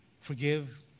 forgive